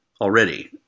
already